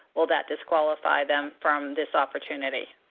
will that disqualify them from this opportunity?